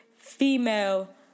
female